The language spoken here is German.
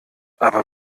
aber